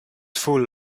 full